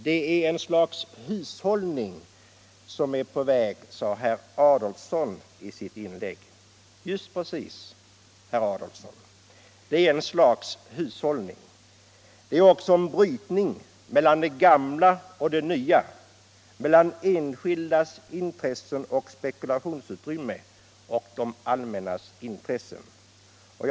Det är ett slags hushållning som är på väg, sade herr Adolfsson i sitt inlägg. Just precis, herr Adolfsson! Det är ett slags hushållning. Det är också en brytning mellan det gamla och det nya, mellan enskildas intressen och spekulanter å ena sidan och det allmännas intresse å andra sidan.